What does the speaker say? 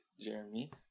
Jeremy